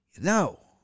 No